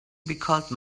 because